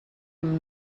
amb